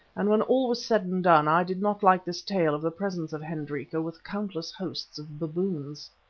and when all was said and done i did not like this tale of the presence of hendrika with countless hosts of baboons.